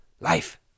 Life